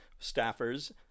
staffers